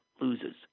loses